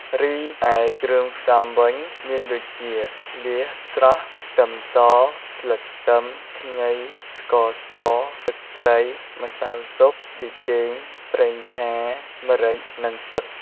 រីឯគ្រឿងផ្សំវិញ មានដូចជា លៀសស្រស់ ខ្ទឹមស ស្លឹកខ្ទឹម ខ្ងី ស្ករស ទឹកត្រី ម្សៅស៊ុប ប៊ីចេង ប្រេងឆា ម្រេច និងទឹក។